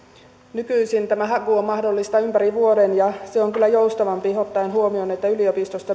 nykyisin tämä haku on mahdollista ympäri vuoden ja se on kyllä joustavampaa ottaen huomioon että yliopistosta